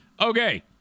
okay